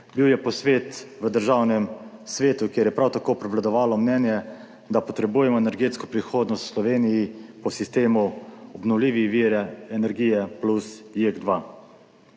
Bil je posvet v Državnem svetu, kjer je prav tako prevladovalo mnenje, da potrebujemo energetsko prihodnost v Sloveniji po sistemu obnovljivi viri energije plus JEK2.